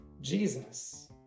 Jesus